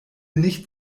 nicht